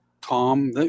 Tom